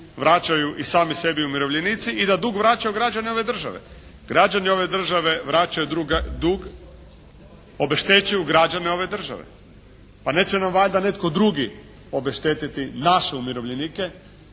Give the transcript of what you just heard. vraćaju i sami sebi umirovljenici i da dug vraćaju građani ove države. Građani ove države vraćaju dug, obeštećuju građane ove države. Pa neće nam valjda netko drugi obeštetiti naše umirovljenike,